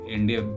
India